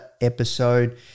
episode